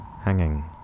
hanging